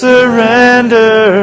Surrender